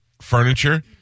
furniture